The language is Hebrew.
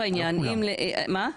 לא,